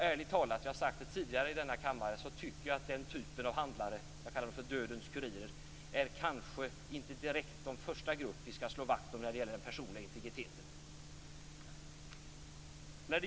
Ärligt talat - och jag har sagt det tidigare i denna kammare - tycker jag inte att den typen av handlare, dödens kurirer, är den första grupp som vi skall slå vakt om när det gäller personlig integritet.